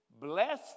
Bless